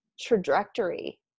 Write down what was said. trajectory